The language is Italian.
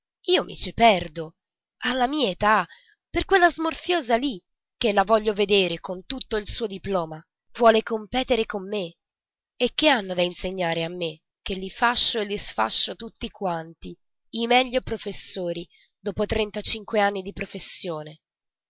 io mi ci perdo alla mia età per quella smorfiosa lì che la voglio vedere con tutto il suo diploma vuole competere con me e che hanno da insegnare a me che li fascio e li sfascio tutti quanti i meglio professori dopo trentacinque anni di professione